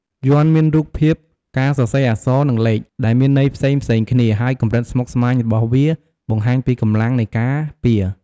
យ័ន្តមានរូបភាព ការសរសេរអក្សរ និងលេខ ដែលមានន័យផ្សេងៗគ្នា ហើយកម្រិតស្មុគស្មាញរបស់វាបង្ហាញពីកម្លាំងនៃការពារ។